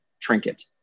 trinket